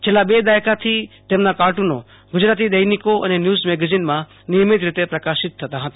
છેલ્લા બે દાયકાથી તેમના કાર્ટુનો ગુજરાતી દૈનિકો અને ન્યુઝ મ્રોઝીનમાં નિયમિત રીતે પ્રકાશીત થયા હતા